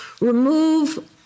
remove